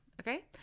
Okay